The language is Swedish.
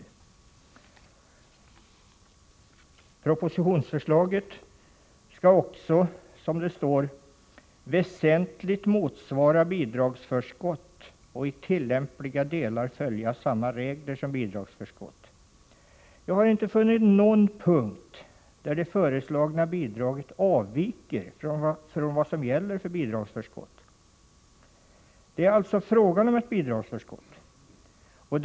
Propositionsförslaget skall också ”väsentligt motsvara bidragsförskott och i tillämpliga delar följa samma regler som bidragsförskott”. Jag har inte funnit någon punkt där det föreslagna bidraget avviker från vad som gäller för bidragsförskott. Det är alltså fråga om ett bidragsförskott.